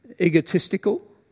egotistical